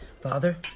Father